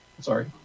Sorry